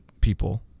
people